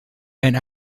and